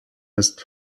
ist